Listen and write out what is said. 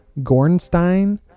gornstein